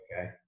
Okay